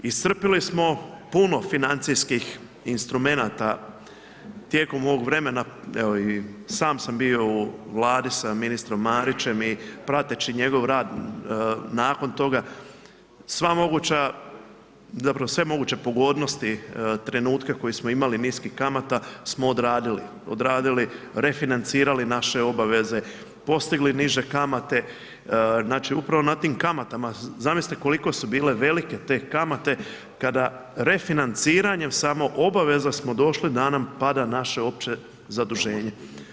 Iscrpili smo puno financijskih instrumenata tijekom ovog vremena, evo i sam sam bio u Vladi sa ministrom Marićem i prateći njegov rad, nakon toga sva moguća, zapravo sve moguće pogodnosti trenutke koje smo imali niskih kamata smo odradili, odradili, refinancirali naše obaveze, postigli niže kamate, znači, upravo na tim kamatama, zamislite koliko su bile velike te kamate kada refinanciranjem samo obaveza smo došli da nam pada naše opće zaduženje.